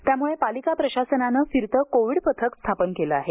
त्यामुळे पालिका प्रशासनाने फिरते कोविड पथक स्थापन केले आहे